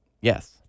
Yes